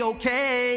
Okay